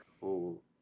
Cool